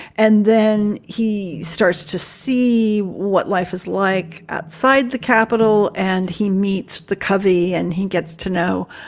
and then he starts to see what life is like outside the capital. and he meets the covey and he gets to know,